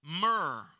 myrrh